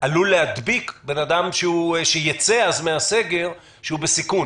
עלול להדביק אדם שייצא אז מהסגר והוא בסיכון?